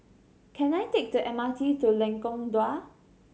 can I take the M R T to Lengkong Dua